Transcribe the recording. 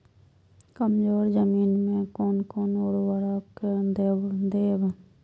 कमजोर जमीन में कोन कोन उर्वरक देब?